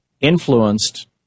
influenced